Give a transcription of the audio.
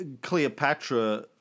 Cleopatra